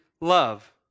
love